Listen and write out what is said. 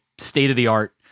state-of-the-art